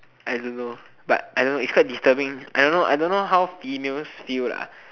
I don't know but I don't know but it's quite disturbing I don't know how females feels lah